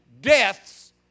deaths